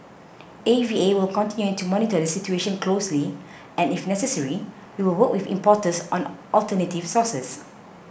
A V A will continue to monitor the situation closely and if necessary we will work with importers on alternative sources